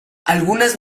algunas